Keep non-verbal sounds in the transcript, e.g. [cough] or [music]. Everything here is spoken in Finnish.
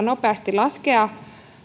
[unintelligible] nopeasti laskea